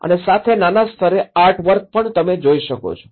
અને સાથે નાના સ્તરે આર્ટવર્ક પણ જોઈ શકાય છે